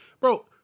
Bro